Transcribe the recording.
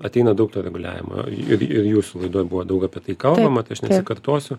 ateina daug to reguliavimo ir ir jūsų laidoj buvo daug apie tai kalbama tai aš nekartosiu